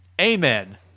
Amen